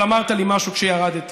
אבל אמרת לי משהו כשירדתי,